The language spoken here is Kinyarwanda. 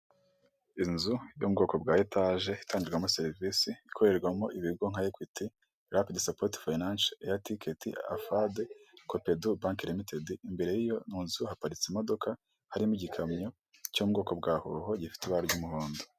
Inzu yo mubwoko bwa etaje itangirwamo serivisi ikorerwamo ibigo nka ekwiti rapidi sapoti fayinanshi eya tiketi afade kopedu banke rimitedi imbere y'iyo nzu haparitse imodoka harimo igikamyo cyo'ubwoko bwa huho gifite iba ry'umuhondo.